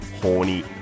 horny